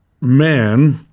man